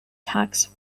tugs